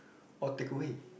or takeaway